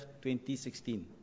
2016